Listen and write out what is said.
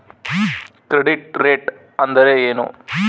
Credit rate ಅಂದರೆ ಏನು?